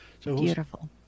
Beautiful